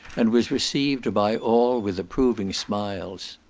and was received by all with approving smiles.